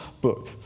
book